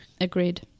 Agreed